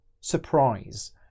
surprise